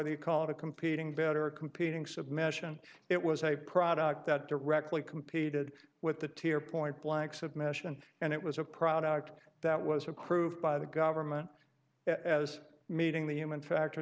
they call it a competing better competing submission it was a product that directly competed with the tier point blank submission and it was a product that was recruit by the government as meeting the human factor